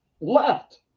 left